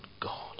God